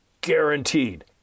guaranteed